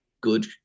good